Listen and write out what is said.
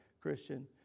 Christian